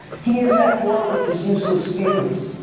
he is at war with his useless feelings.